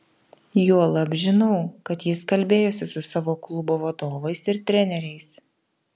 juolab žinau kad jis kalbėjosi su savo klubo vadovais ir treneriais